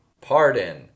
pardon